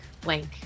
blank